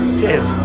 cheers